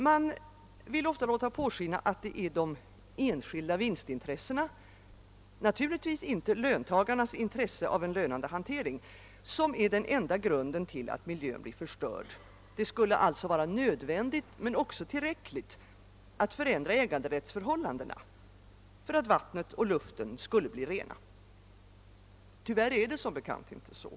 Man vill ofta låta påskina att det är de enskilda vinstintressena — naturligtvis inte de anställdas intresse av en lönande hantering — som är den enda grunden till att miljön blir förstörd. Det skulle alltså vara nödvändigt, men också tillräckligt, att förändra äganderättsförhållandena för att vattnet och luften skulle bli rena. Tyvärr är det som bekant inte så.